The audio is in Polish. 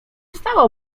stało